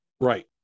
right